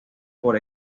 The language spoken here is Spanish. por